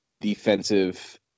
defensive